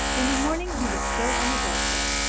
in the morning he was still on the doorstep.